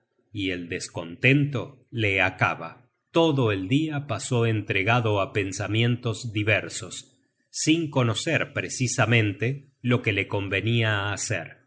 y el descontento le acaba todo el dia pasó entregado á pensamientos diversos sin conocer precisamente lo que le convenia hacer